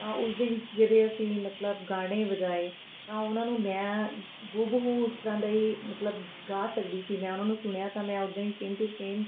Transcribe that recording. ਤਾਂ ਉਸਦੇ ਵਿੱਚ ਜਿਹੜੇ ਅਸੀਂ ਮਤਲਬ ਗਾਣੇ ਵਜਾਏ ਤਾਂ ਉਹਨਾਂ ਨੂੰ ਮੈਂ ਹੂ ਬਹੂ ਉਸ ਤਰ੍ਹਾਂ ਦਾ ਹੀ ਮਤਲਬ ਗਾ ਸਕਦੀ ਸੀ ਮੈਂ ਉਹਨਾਂ ਨੂੰ ਸੁਣਿਆ ਤਾਂ ਮੈਂ ਉੱਦਾਂ ਹੀ ਸੇਮ ਟੂ ਸੇਮ